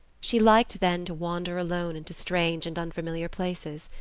she liked then to wander alone into strange and unfamiliar places.